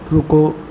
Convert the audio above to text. ਰੁਕੋ